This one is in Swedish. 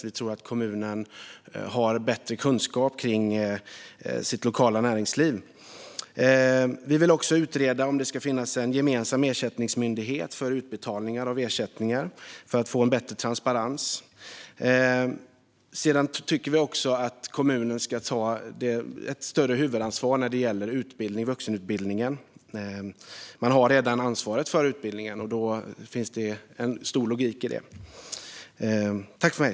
Vi tror att kommunerna har bättre kunskap om sitt lokala näringsliv. Vi vill också utreda om det ska finnas en gemensam ersättningsmyndighet för utbetalning av ersättningar - detta för att få en bättre transparens. Vi tycker även att kommunerna ska ta ännu större ansvar för vuxenutbildningen. De har ju redan ansvaret för den, så det är logiskt.